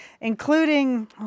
including